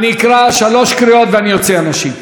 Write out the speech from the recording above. אני אקרא שלוש קריאות ואני אוציא אנשים.